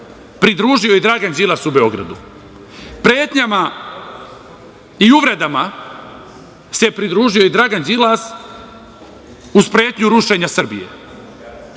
pridružio i Dragan Đilas u Beogradu, pretnjama i uvredama se pridružio i Dragan Đilas uz pretnju rušenja Srbije. Da